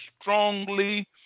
strongly